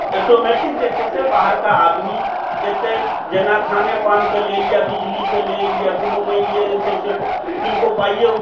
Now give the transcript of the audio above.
automatic जे छै से बाहरके आदमी अएतै जेना खाने पानके लेल या बिजलीके लेल या कोनो मानि लिअऽ जे छै से किनको पाइए